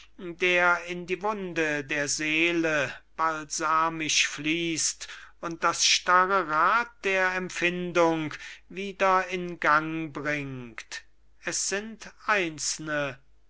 der in die wunde der seele balsamisch fließt und das starre rad der empfindung wieder in gang bringt es sind